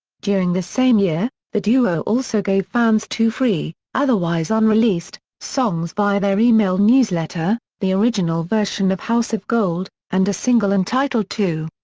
during the same year, the duo also gave fans two free, otherwise unreleased, songs via their email newsletter the original version of house of gold and a single entitled two.